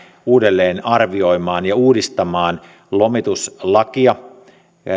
uudelleen arvioimaan ja uudistamaan lomituslakia